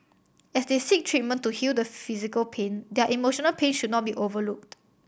as they seek treatment to heal the physical pain their emotional pain should not be overlooked